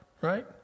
right